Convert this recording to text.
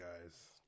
guys